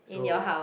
so